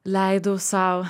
leidau sau